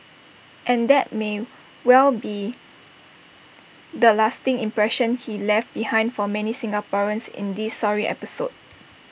and that may well be the lasting impression he left behind for many Singaporeans in this sorry episode